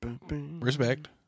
respect